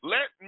Let